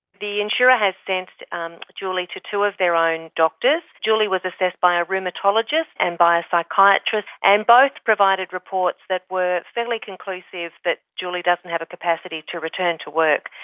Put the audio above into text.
the insurer has sent um julie to two of their own doctors. julie was assessed by a rheumatologist and by a psychiatrist and both provided reports that were steadily conclusive that julie doesn't have a capacity to return to work.